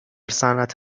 صنعت